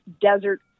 desert